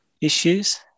issues